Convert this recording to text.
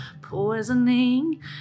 poisoning